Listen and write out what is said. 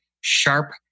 Sharp